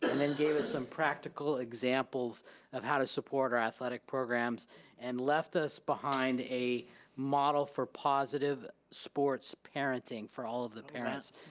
and then gave us some practical examples of how to support our athletic programs and left us behind a model for positive sports parenting for all of the parents,